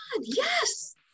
yes